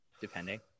depending